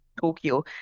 tokyo